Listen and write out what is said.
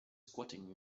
squatting